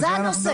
זהו הנושא.